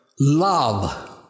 Love